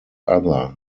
other